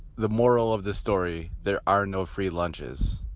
the moral of the story? there are no free lunches,